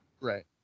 Right